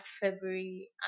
February